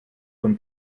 von